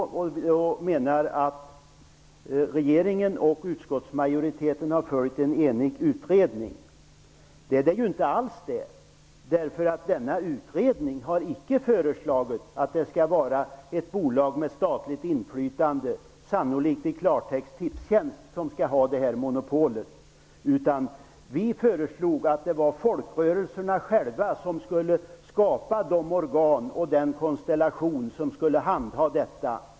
Hon menar att regeringen och utskottsmajoriteten har följt en enig utredning. Det är ju inte alls så. Denna utredning har icke föreslagit att det skall vara ett bolag med statligt inflytande, sannolikt i klartext Tipstjänst, som skall ha monopolet. Vi föreslog att folkrörelserna själva skulle skapa de organ, eller den konstellation, som skulle handha detta.